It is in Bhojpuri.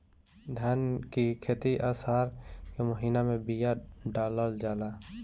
धान की खेती आसार के महीना में बिया डालल जाला?